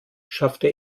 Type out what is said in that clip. schaffte